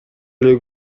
эле